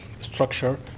structure